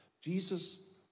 Jesus